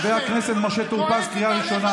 חבר הכנסת משה טור פז, קריאה ראשונה.